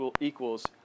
equals